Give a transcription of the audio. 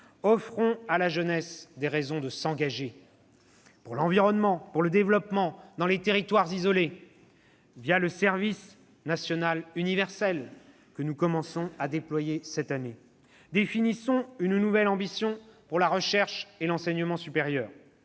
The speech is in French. Offrons à la jeunesse des raisons de s'engager, pour l'environnement, pour le développement, dans les territoires isolés, le service national universel, que nous commençons à déployer cette année. « Définissons une nouvelle ambition pour la recherche et l'enseignement supérieur.